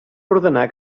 ordenar